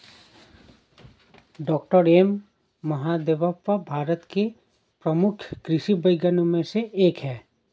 doctor M Mahadevappa Bharat के प्रमुख कृषि वैज्ञानिकों में से एक हैं